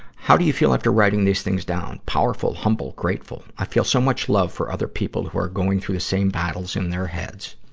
how do you feel after writing these things down? powerful, humble, grateful. i feel some much love for other people who are going through the same battles in their heads.